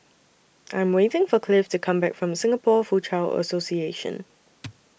I Am waiting For Clive to Come Back from Singapore Foochow Association